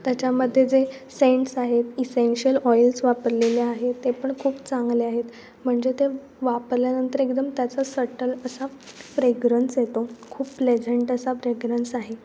त्याच्यामदे जे सेंट्स आहेत इसेन्शियल ऑइल्स वापरलेले आहेत ते पण खूप चांगले आहेत म्हणजे ते वापरल्यानंतर एकदम त्याचा सटल असा फ्रेग्रन्स येतो खूप प्लेझंट असा फ्रेग्रन्स आहे